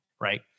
right